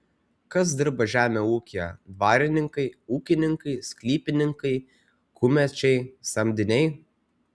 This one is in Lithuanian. kas dirba žemę ūkyje dvarininkai ūkininkai sklypininkai kumečiai samdiniai